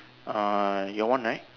uh your one right